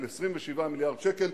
27 מיליארד שקל,